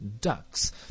ducks